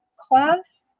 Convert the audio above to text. class